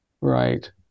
Right